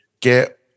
get